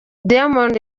diamond